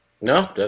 No